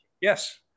Yes